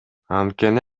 анткени